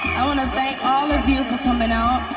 i want to thank all of you for coming out.